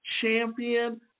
champion